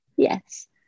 Yes